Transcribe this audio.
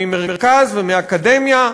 ממרכז ומהאקדמיה,